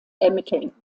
ermitteln